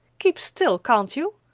keep still, can't you?